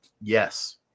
Yes